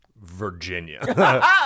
virginia